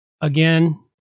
again